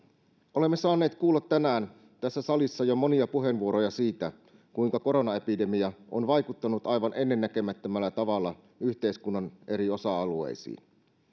olemme saaneet kuulla tänään tässä salissa jo monia puheenvuoroja siitä kuinka koronaepidemia on vaikuttanut aivan ennennäkemättömällä tavalla yhteiskunnan eri osa alueisiin